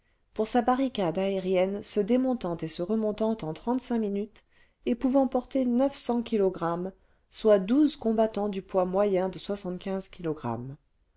pour sa barricade aérienne se démontant et se remontant en minutes et pouvant porter soit douze combattants du poids moyen de